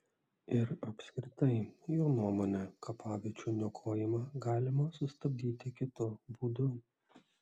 ir apskritai jo nuomone kapaviečių niokojimą galima sustabdyti kitu būdu